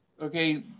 okay